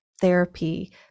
therapy